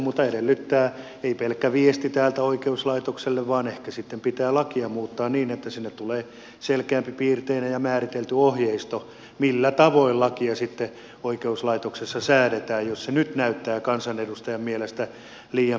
mutta ei pelkkä viesti täältä oikeuslaitokselle riitä vaan ehkä sitten pitää lakia muuttaa niin että sinne tulee selkeämpipiirteinen ja määritelty ohjeisto millä tavoin lakia sitten oikeuslaitoksessa tulkitaan jos se nyt näyttää kansanedustajan mielestä liian pehmeäkätiseltä